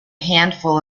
handful